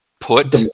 Put